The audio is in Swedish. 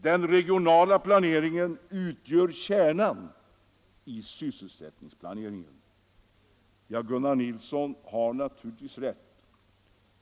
Den regionala planeringen utgör kärnan i sysselsättningsplaneringen.” Ja, Gunnar Nilsson har naturligtvis rätt.